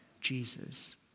Jesus